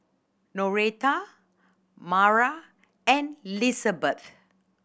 Noreta Mara and Lizabeth